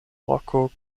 roko